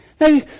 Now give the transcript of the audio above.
Now